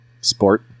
Sport